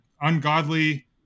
ungodly